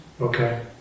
Okay